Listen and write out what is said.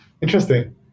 Interesting